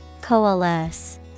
Coalesce